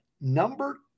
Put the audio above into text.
Number